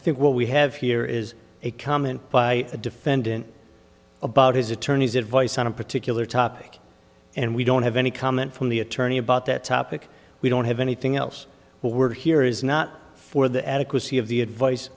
think what we have here is a comment by the defendant about his attorney's advice on a particular topic and we don't have any comment from the attorney about that topic we don't have anything else but we're here is not for the adequacy of the advice